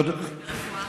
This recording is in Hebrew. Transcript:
מה לגבי מתמחים ברפואה?